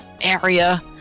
area